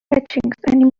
etchings